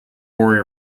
more